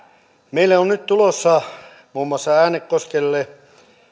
meille on nyt tulossa muun muassa äänekoskelle